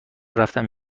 رفتم